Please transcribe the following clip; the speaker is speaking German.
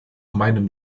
meinem